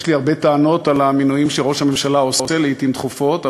יש לי הרבה טענות על המינויים שראש הממשלה ממנה לעתים תכופות,